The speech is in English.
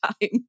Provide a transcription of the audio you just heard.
time